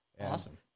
Awesome